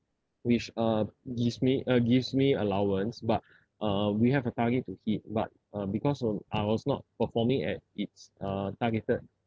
which uh gives me uh gives me allowance but uh we have a target to hit but uh because of I was not performing at it's uh targeted